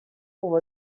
pour